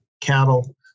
cattle